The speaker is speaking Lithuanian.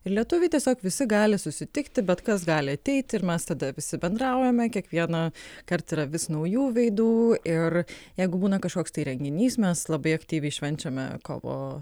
ir lietuviai tiesiog visi gali susitikti bet kas gali ateit ir mes tada visi bendraujame kiekvieną kart yra vis naujų veidų ir jeigu būna kažkoks tai renginys mes labai aktyviai švenčiame kovo